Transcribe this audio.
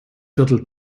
viertel